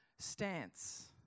stance